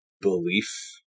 belief